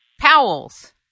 Powell's